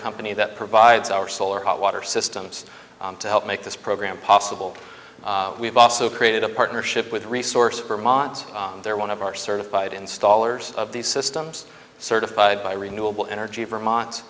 company that provides our solar hot water systems to help make this program possible we've also created a partnership with resource of vermont there one of our certified installers of these systems certified by renewable energy vermont